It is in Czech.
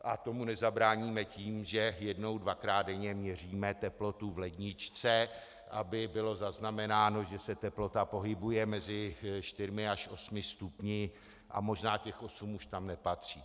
A tomu nezabráníme tím, že jednou dvakrát denně měříme teplotu v ledničce, aby bylo zaznamenáno, že se teplota pohybuje mezi čtyřmi až osmi stupni, a možná těch osm už tam nepatří.